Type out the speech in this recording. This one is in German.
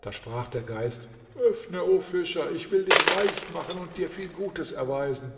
da sprach der geist öffne o fischer ich will dich reich machen und dir viel gutes erweisen